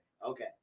Okay